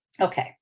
Okay